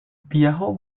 viajó